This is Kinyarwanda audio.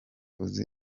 uzi